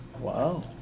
Wow